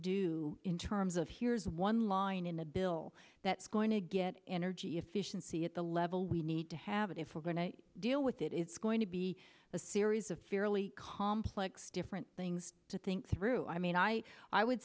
do in terms of here's one line in the bill that's going to get energy efficiency at the level we need to have a different deal with it it's going to be a series of fairly complex different things to think through i mean i would